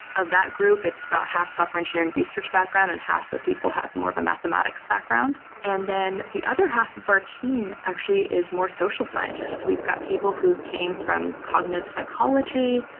of that group it's about software engineering research background and half the people have more of a mathematics background. and then the other half of our team actually is more social scientists. we've got people who came from cognitive psychology,